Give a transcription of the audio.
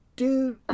dude